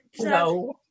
no